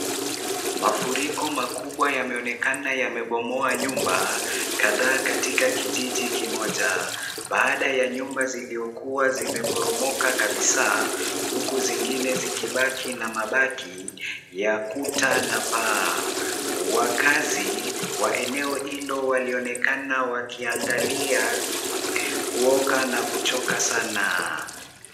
Mafuriko makubwa yameonekana yamebomoa nyumba kadhaa katika kijiji kimoja. Baada ya nyumba ziliokuwa zimeporomoka kabisa, huku zingine zikibaki na mabaki ya kuta na paa. Wakaazi wa eneo hilo walionekana wakiangalia kuoka na kuchoka sana.